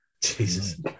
Jesus